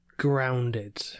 Grounded